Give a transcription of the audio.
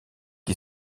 qui